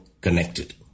connected